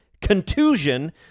contusion